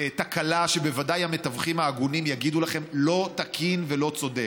תקלה ובוודאי המתווכים ההגונים יגידו לכם: לא תקין ולא צודק.